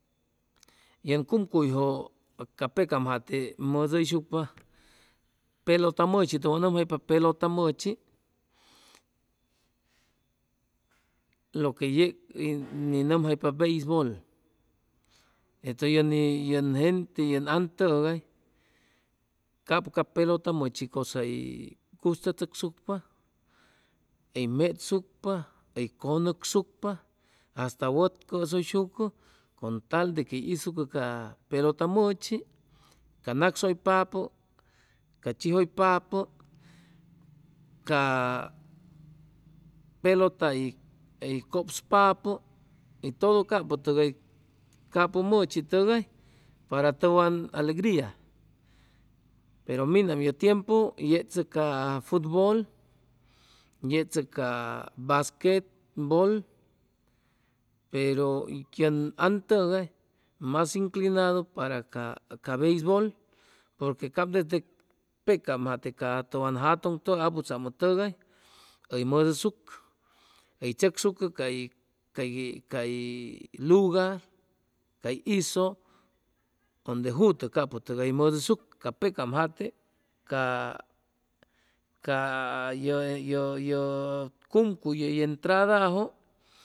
Yen cumcuyjʉ ca pecam jate mʉdʉyshucpa pelota mʉchi tʉwan nʉmjaypa pelota mʉchi lo que yeg ni nʉmjaypa beisbol entʉ ye ni yen gente yen an tʉgay cap ca pelota mʉchi cʉsa hʉy gustachʉcsucpa hʉy mechsucpa hʉy cʉnʉcsucpa hasta wat cʉsʉyshucʉ con tal de que hʉy hizucʉ ca pelota mʉchi ca nacsʉypapʉ ca chijʉypapʉ ca pelota hʉy cʉpspapʉ y todo capʉ tʉgay capʉ mʉchi tʉgay para tʉwan alegria pero minam ye tiempu y yechʉ ca futbol yechʉ ca basquetbol pero yen an tʉgay mas inclinadu para ca beisbol porque cap desde pecam jate ca tʉwan jatʉŋ tʉgay aputzamʉ tʉgay hoy mʉdʉsucpa hʉy tzʉcsucʉ cay cay cay lugar cay hizʉ ʉnde jutʉ capʉtʉgay mʉdʉsucpa ca pecam jate ca ca yʉ yʉ yʉ cumcuy yey entradajʉ